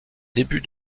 début